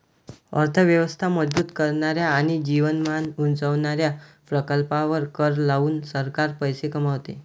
अर्थ व्यवस्था मजबूत करणाऱ्या आणि जीवनमान उंचावणाऱ्या प्रकल्पांवर कर लावून सरकार पैसे कमवते